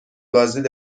بازدید